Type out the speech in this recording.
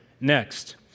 next